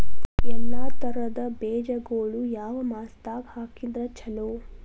ಎಲ್ಲಾ ತರದ ಬೇಜಗೊಳು ಯಾವ ಮಾಸದಾಗ್ ಹಾಕಿದ್ರ ಛಲೋ?